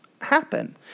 happen